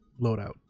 loadout